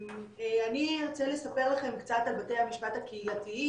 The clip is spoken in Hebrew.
אני ארצה לספר לכם קצת על בתי המשפט הקהילתיים,